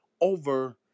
over